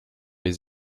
les